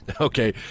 Okay